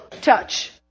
touch